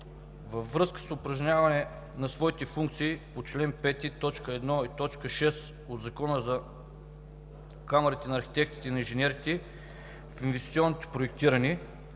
Във връзка с упражняване на своите функции по чл. 5, т. 1 и т. 6 от Закона за камарите на архитектите и инженерите в инвестиционното проектиране